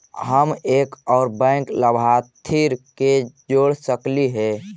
हम एक और बैंक लाभार्थी के जोड़ सकली हे?